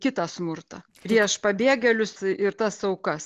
kitą smurtą prieš pabėgėlius ir tas aukas